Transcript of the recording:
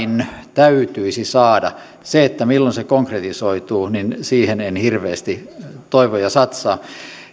täytyisi saada siihen milloin se konkretisoituu en hirveästi toivoa satsaa